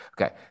Okay